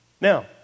Now